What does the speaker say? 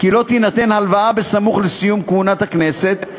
כי לא תינתן הלוואה בסמוך לסיום כהונת הכנסת,